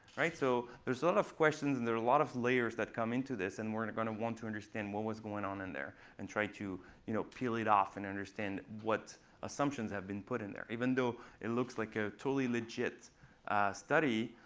so there's a lot of questions. and there are a lot of layers that come into this. and we're going to want to understand what was going on in there and try to you know peel it off and understand what assumptions have been put in there. even though it looks like a totally legit study,